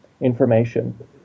information